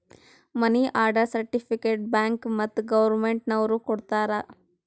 ಮನಿ order certificate bank ಮತ್ತ್ government ನವ್ರು ಕೊಡ್ತಾರ